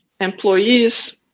employees